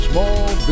Small